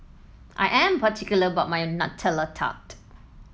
I am particular about my Nutella Tart